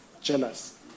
Jealous